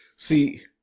See